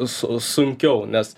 su sunkiau nes